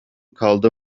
kaldı